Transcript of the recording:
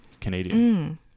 Canadian